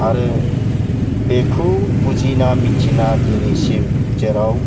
आरो बेखौ बुजिना मिथिना दिनैसिम जेराव